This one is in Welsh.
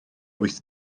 wyth